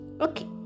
Okay